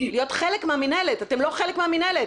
אתם לא חלק מהמינהלת.